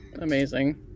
Amazing